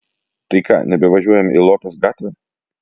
tai ką nebevažiuojame į lotos gatvę